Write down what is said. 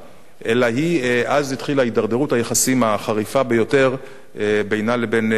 אלא אז התחילה הידרדרות היחסים החריפה ביותר בינה לבין ישראל,